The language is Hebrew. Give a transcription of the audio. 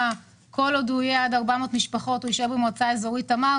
כל עוד הוא יהיה עד 400 משפחות הוא יישאר במועצה אזורית תמר,